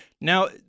Now